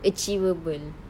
achievable